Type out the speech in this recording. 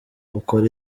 ukora